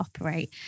operate